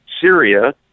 Syria